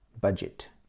budget